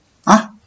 ha